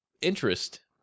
interest